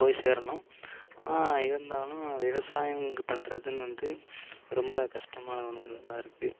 போய் சேரணும் ஆனால் இருந்தாலும் விவசாயம் பண்ணுறதுன்னு வந்து ரொம்ப கஷ்டமான ஒன்று தான் இருக்குது